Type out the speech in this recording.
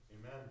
Amen